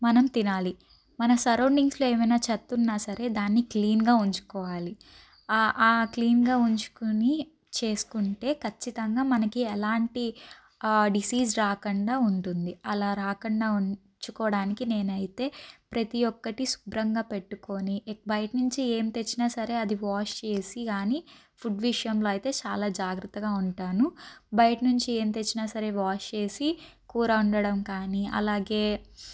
మనం తినాలి మన సరౌండింగ్స్లో ఏవైనా చెత్త ఉన్నా సరే దాన్ని క్లీన్గా ఉంచుకోవాలి ఆ క్లీన్గా ఉంచుకొని చేసుకుంటే ఖచ్చితంగా మనకి ఎలాంటి డిసీజ్ రాకుండా ఉంటుంది అలా రాకుండా ఉంచుకోవడానికి నేను అయితే ప్రతి ఒక్కటి శుభ్రంగా పెట్టుకొని బయటనుంచి ఏం తెచ్చినా సరే అది వాష్ చేసి కాని ఫుడ్ విషయంలో అయితే చాలా జాగ్రత్తగా ఉంటాను బయట నుంచి ఏం తెచ్చినా సరే వాష్ చేసి కూర వండడం కానీ అలాగే